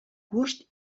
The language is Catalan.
gust